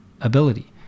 ability